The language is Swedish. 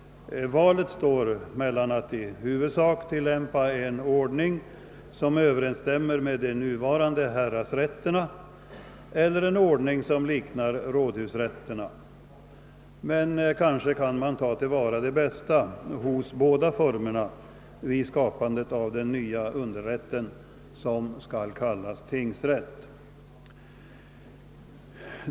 Valet står mellan att i huvudsak tillämpa en ordning som överensstämmer med de nuvarande häradsrätternas eller att följa en ordning som liknar rådhusrätternas. Kanske kan man ta till vara det bästa hos båda formerna vid skapandet av den nya underrätten, som skall kallas tingsrätt.